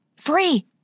Free